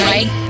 Right